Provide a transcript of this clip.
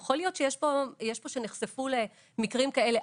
יכול להיות שיש פה שנחשפו למקרים כאלה,